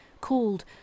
called